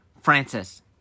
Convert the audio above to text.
Francis